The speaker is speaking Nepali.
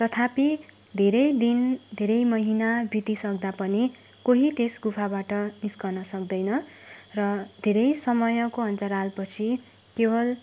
तथापि धेरै दिन धेरै महिना बितिसक्दा पनि कोही त्यस गुफाबाट निस्कन सक्दैन र धेरै समयको अन्तराल पछि केवल